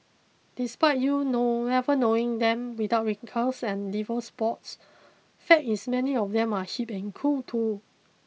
despite you know never knowing them without wrinkles and liver spots fact is many of them are hip and cool too